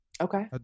okay